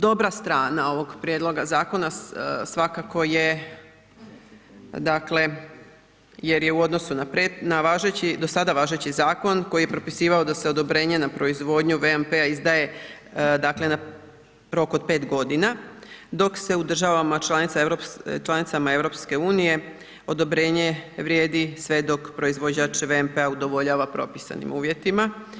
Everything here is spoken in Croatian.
Dobra strana ovog prijedloga zakona svakako je dakle jer je u odnosu na do sada važeći zakon koji je propisivao da se odobrenje na proizvodnju VMP-a izdaje dakle na rok od 5 godina, dok se u državama članicama EU odobrenje vrijedi sve dok proizvođač VMP-a udovoljava propisanim uvjetima.